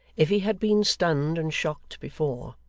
if he had been stunned and shocked before,